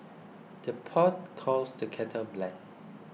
the pot calls the kettle black